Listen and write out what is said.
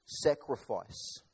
sacrifice